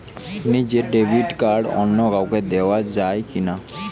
নিজের debit card অন্য কাউকে দেওয়া যায় কি না?